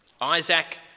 Isaac